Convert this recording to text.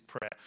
prayer